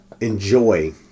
enjoy